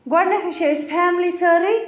گۄڈنیٚتھٕے چھِ أسۍ فیملی سٲرٕے